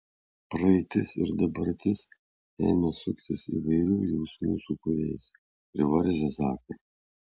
praeitis ir dabartis ėmė suktis įvairių jausmų sūkuriais ir varžė zaką